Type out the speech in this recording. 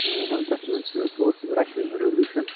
تَتھ منٛز چھُ سُہ اوس رَیشین ریولوشن